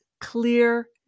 clear-